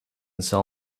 cell